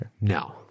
No